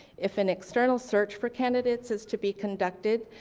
if an external search for candidates is to be conducted,